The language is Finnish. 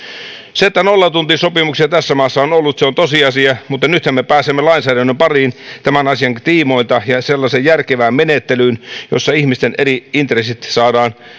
se että nollatuntisopimuksia tässä maassa on ollut on tosiasia mutta nythän me pääsemme lainsäädännön pariin tämän asian tiimoilta ja ja sellaiseen järkevään menettelyyn jossa ihmisten eri intressit